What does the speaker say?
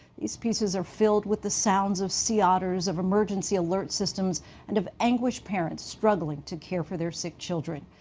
these pieces are filled with the sounds of sea otters, of emergency alert systems and of anguished parents struggling to care for their sick children.